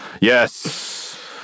Yes